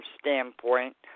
standpoint